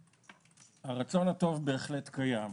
הרצון הטוב בהחלט קיים,